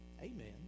Amen